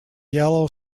yellow